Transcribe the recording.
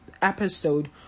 Episode